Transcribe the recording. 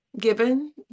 given